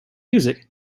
music